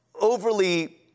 overly